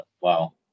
Wow